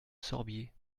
sorbiers